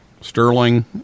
sterling